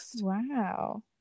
Wow